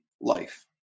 life